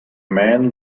man